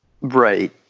Right